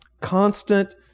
constant